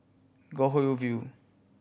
Goldhill View